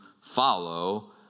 follow